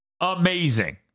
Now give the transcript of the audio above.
amazing